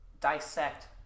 dissect